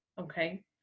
Okay